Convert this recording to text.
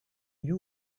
you